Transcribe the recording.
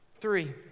three